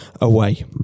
away